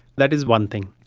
that is one thing.